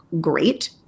great